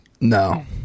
No